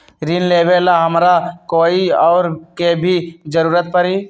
ऋन लेबेला हमरा कोई और के भी जरूरत परी?